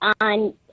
on